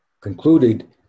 concluded